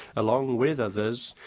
along with others,